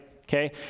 Okay